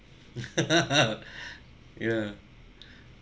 ya